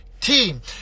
team